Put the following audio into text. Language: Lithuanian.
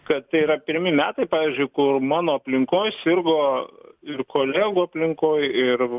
kad tai yra pirmi metai pavyzdžiui kur mano aplinkoj sirgo ir kolegų aplinkoj ir